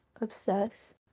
obsess